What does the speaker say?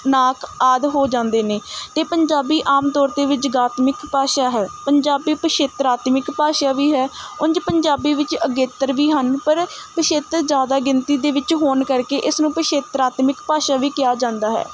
ਨਾਕ ਆਦਿ ਹੋ ਜਾਂਦੇ ਨੇ ਅਤੇ ਪੰਜਾਬੀ ਆਮ ਤੌਰ 'ਤੇ ਵੀ ਜਗਾਤਮਿਕ ਭਾਸ਼ਾ ਹੈ ਪੰਜਾਬੀ ਪਿਛੇਤਰ ਆਤਮਿਕ ਭਾਸ਼ਾ ਵੀ ਹੈ ਉਂਝ ਪੰਜਾਬੀ ਵਿੱਚ ਅਗੇਤਰ ਵੀ ਹਨ ਪਰ ਪਿਛੇਤਰ ਜ਼ਿਆਦਾ ਗਿਣਤੀ ਦੇ ਵਿੱਚ ਹੋਣ ਕਰਕੇ ਇਸਨੂੰ ਪਿਛੇਤਰ ਆਤਮਿਕ ਭਾਸ਼ਾ ਵੀ ਕਿਹਾ ਜਾਂਦਾ ਹੈ